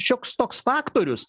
šioks toks faktorius